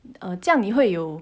um 这样你会有